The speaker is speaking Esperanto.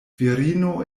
virino